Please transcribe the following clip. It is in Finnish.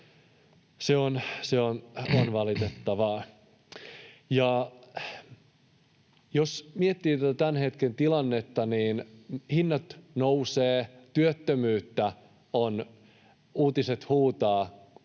Se on valitettavaa. Jos miettii tätä tämän hetken tilannetta, niin hinnat nousevat, työttömyyttä on, uutiset huutavat